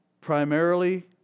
primarily